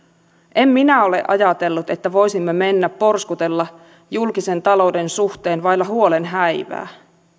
en minä ole ajatellut että voisimme mennä porskutella julkisen talouden suhteen vailla huolen häivää